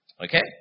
Okay